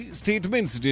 statements